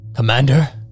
Commander